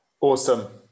awesome